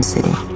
City